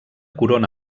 corona